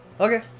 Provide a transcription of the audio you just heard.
Okay